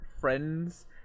friends